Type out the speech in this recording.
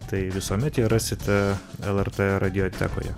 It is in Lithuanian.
tai visuomet ją rasite lrt radiotekoje